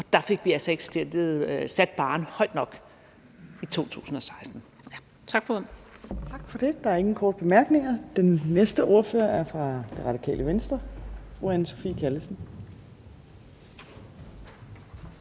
Fjerde næstformand (Trine Torp): Tak for det. Der er ingen korte bemærkninger. Den næste ordfører er fra Det Radikale Venstre, fru Anne Sophie Callesen.